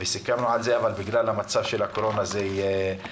סיכמנו על כך, אבל בגלל מצב הקורונה זה מתעכב.